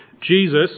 Jesus